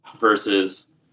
versus –